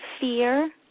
fear